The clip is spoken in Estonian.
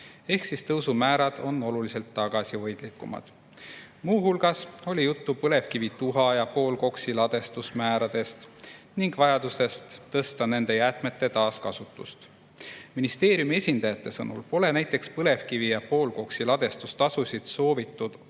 määrade tõusud on oluliselt tagasihoidlikumad. Muu hulgas oli juttu põlevkivituha ja poolkoksi ladestusmääradest ning vajadusest tõsta nende jäätmete taaskasutust. Ministeeriumi esindajate sõnul pole näiteks põlevkivi ja poolkoksi ladestustasusid soovitud olulisel